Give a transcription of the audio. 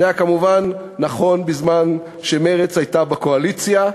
זה היה כמובן נכון בזמן שמרצ הייתה בקואליציה.